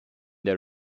der